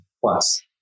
plus